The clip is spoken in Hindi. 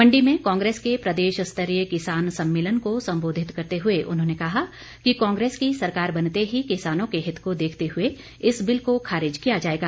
मंडी में कांग्रेस के प्रदेश स्तरीय किसान सम्मेलन को संबोधित करते हुए उन्होंने कहा कि कांग्रेस की सरकार बनते ही किसानों के हित को देखते हुए इस बिल को खारिज किया जाएगा